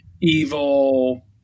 evil